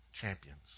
champions